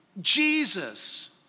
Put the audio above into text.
Jesus